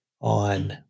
on